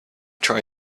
try